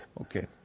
Okay